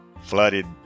flooded